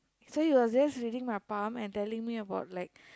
so he was just reading my palm and telling about like